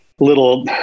Little